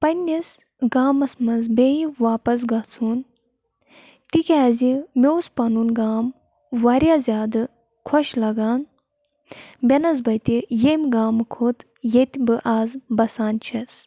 پنٛنِس گامَس منٛز بیٚیہِ واپَس گژھُن تِکیٛازِ مےٚ اوس پَنُن گام واریاہ زیادٕ خۄش لَگان بنَسبَتہِ ییٚمہِ گامہٕ کھۄتہٕ ییٚتہِ بہٕ آز بَسان چَھس